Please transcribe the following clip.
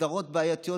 הסדרות בעייתיות.